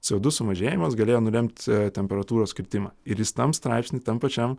c du sumažėjimas galėjo nulemti temperatūros kritimą ir jis tam straipsnį tam pačiam